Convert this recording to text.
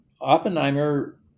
Oppenheimer